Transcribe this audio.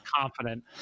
confident